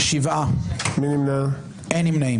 מי נמנע?